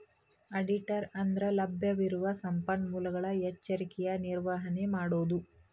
ಆಡಿಟರ ಅಂದ್ರಲಭ್ಯವಿರುವ ಸಂಪನ್ಮೂಲಗಳ ಎಚ್ಚರಿಕೆಯ ನಿರ್ವಹಣೆ ಮಾಡೊದು